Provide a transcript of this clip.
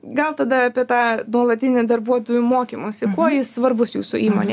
gal tada apie tą nuolatinį darbuotojų mokymąsi kuo jis svarbus jūsų įmonėj